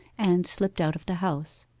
and slipped out of the house.